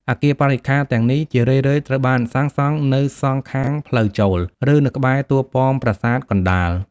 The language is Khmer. អគារបរិក្ខារទាំងនេះជារឿយៗត្រូវបានសាងសង់នៅ សងខាងផ្លូវចូល ឬនៅក្បែរតួប៉មប្រាសាទកណ្តាល។